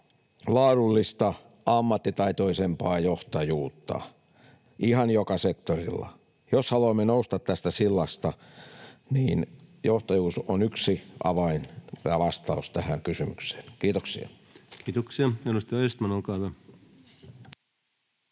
laadullista, ammattitaitoisempaa johtajuutta, ihan joka sektorilla. Jos haluamme nousta tästä sillasta, niin johtajuus on yksi avain ja vastaus tähän kysymykseen. — Kiitoksia. Kiitoksia. — Edustaja Östman, olkaa hyvä.